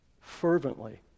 fervently